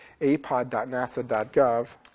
apod.nasa.gov